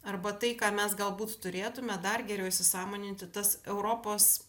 arba tai ką mes galbūt turėtume dar geriau įsisąmoninti tas europos